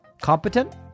Competent